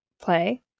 play